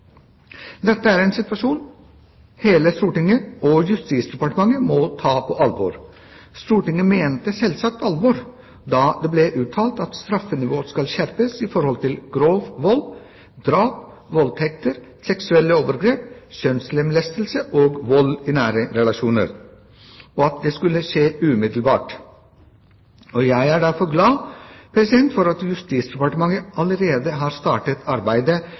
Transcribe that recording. Dette er en situasjon hele Stortinget og Justisdepartementet må ta på alvor. Stortinget mente selvsagt alvor da det ble uttalt at straffenivået skal skjerpes i forhold til grov vold, drap, voldtekter, seksuelle overgrep, kjønnslemlestelse og vold i nære relasjoner – og at det skulle skje umiddelbart. Jeg er derfor glad for at Justisdepartementet allerede har startet arbeidet